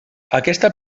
aquesta